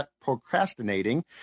procrastinating